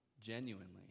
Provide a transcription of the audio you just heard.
genuinely